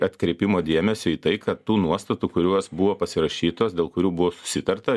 atkreipimo dėmesio į tai kad tų nuostatų kuriuos buvo pasirašytos dėl kurių buvo susitarta